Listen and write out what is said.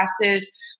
classes